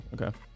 Okay